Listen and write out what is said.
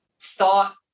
thought